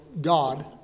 God